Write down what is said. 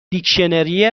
دیکشنری